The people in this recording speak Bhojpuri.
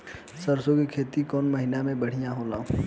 सरसों के खेती कौन महीना में बढ़िया होला?